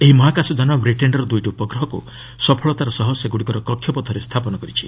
ଏହି ମହାକାଶ ଯାନ ବ୍ରିଟେନ୍ର ଦୂଇଟି ଉପଗ୍ରହକୁ ସଫଳତାର ସହ କକ୍ଷପଥରେ ସ୍ଥାପନ କରିଛି